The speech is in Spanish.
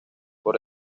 por